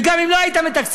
וגם אם לא היית מתקצב,